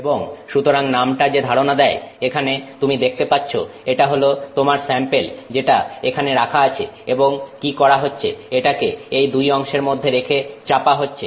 এবং সুতরাং নামটা যে ধারণা দেয় এখানে তুমি দেখতে পাচ্ছ এটা হল তোমার স্যাম্পেল যেটা এখানে রাখা আছে এবং কি করা হচ্ছে এটাকে এই দুই অংশের মধ্যে রেখে চাপা হচ্ছে